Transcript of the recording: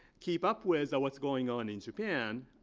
keep up with what's going on in japan,